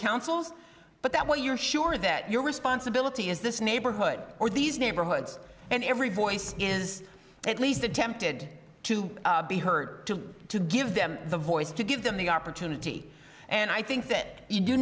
councils but that what you're sure that your responsibility is this neighborhood or these neighborhoods and every voice is at least attempted to be heard to to give them the voice to give them the opportunity and i think that you do